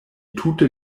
tute